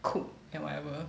cook and whatever